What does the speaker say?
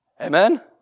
Amen